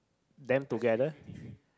them together